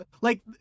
like-